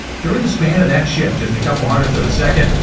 during the span of that shift, just a couple hundredths of a second,